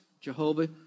Jehovah